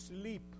sleep